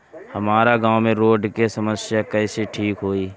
हमारा गाँव मे रोड के समस्या कइसे ठीक होई?